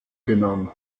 genannt